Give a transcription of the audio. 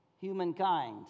humankind